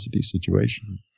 situation